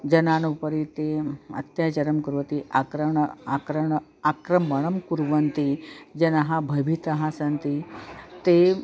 जनानामुपरि ते अत्याचारं कुर्वन्ति आक्रमणम् आक्रमणम् आक्रमणं कुर्वन्ति जनान् भाविताः सन्ति ते